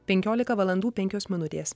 penkiolika valandų penkios minutės